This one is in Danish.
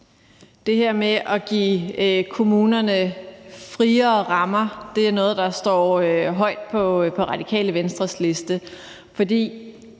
Det her med at give kommunerne friere rammer er noget, der står højt på Radikale Venstres liste.